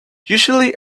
usually